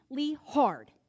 hard